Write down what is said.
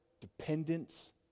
dependence